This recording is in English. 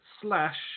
slash